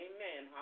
Amen